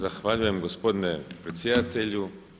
Zahvaljujem gospodine predsjedatelju.